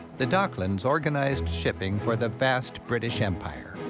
the docklands organized shipping for the vast british empire.